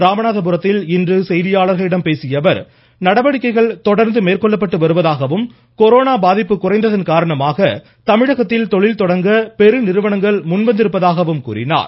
ராமநாதபுரத்தில் இன்று செய்தியாளர்களிடம் பேசிய அவர் தடுப்பு நடவடிக்கைகள் தொடர்ந்து மேற்கொள்ளப்பட்டு வருவதாகவும் கொரோனா பாதிப்பு குறைந்ததன் காரணமாக தமிழகத்தில் தொழில்தொடங்க பெரு நிறுவனங்கள் முன் வந்திருப்பதாக கூறினார்